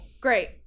Great